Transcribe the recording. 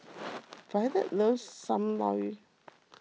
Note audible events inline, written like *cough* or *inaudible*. *noise* Violet loves Sam Lau